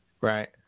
Right